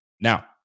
Now